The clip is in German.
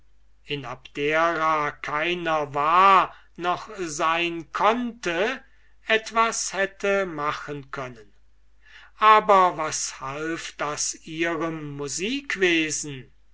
in abdera keiner war noch sein konnte etwas hätte machen können aber was half das ihrem